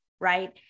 right